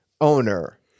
owner